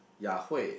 Ya Hui